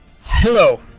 Hello